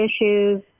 issues